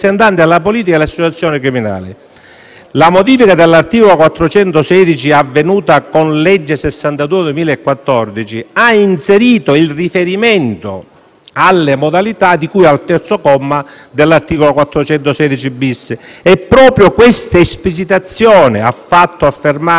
La modifica dell'articolo 416-*ter*, avvenuta con legge n. 62 del 2014, ha inserito il riferimento alle modalità di cui al terzo comma dell'articolo 416-*bis* e proprio questa esplicitazione ha fatto affermare alla suprema Corte, in una recentissima